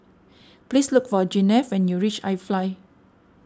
please look for Gwyneth when you reach iFly